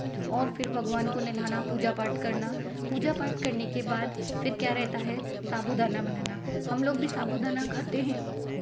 और फिर भगवान को नहलाना पूजा पाठ करना पूजा पाठ करने के बाद फिर क्या रहता है साबूदाना बनाना हम लोग भी साबूदाना खाते हैं